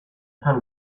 san